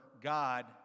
God